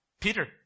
Peter